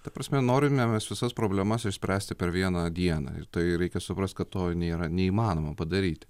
ta prasme norime mes visas problemas išspręsti per vieną dieną ir tai reikia suprasti kad to nėra neįmanoma padaryti